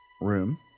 room